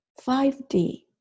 5D